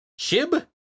shib